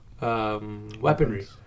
weaponry